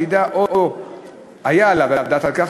שידע או היה עליו לדעת על כך,